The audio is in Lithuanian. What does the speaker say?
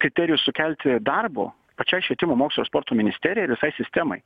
kriterijus sukelti darbo pačiai švietimo mokslo sporto ministerijai visai sistemai